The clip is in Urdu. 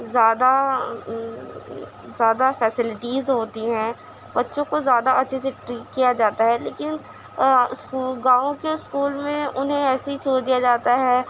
زیادہ زیادہ فیسلٹیز ہوتی ہیں بچوں کو زیادہ اچھے سے ٹیچ کیا جاتا ہے لیکن اُس کو گاؤں کے اسکول میں اُنہیں ایسے ہی چھوڑ دیا جاتا ہے